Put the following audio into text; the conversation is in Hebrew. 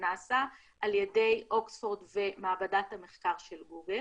שנעשה על ידי אוקספורד ועל ידי מעבדת המחקר של גוגל,